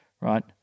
right